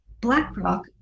BlackRock